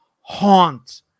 Haunt